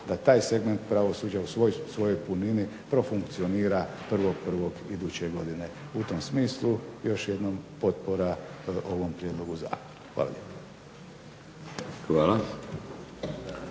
da taj segment pravosuđa u svoj svojoj punini profunkcionira 1.1. iduće godine. U tom smislu još jednom potpora ovom prijedlogu zakona. Hvala